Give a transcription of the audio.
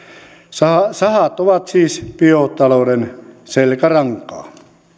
sahat sahat ovat siis biotalouden selkärankaa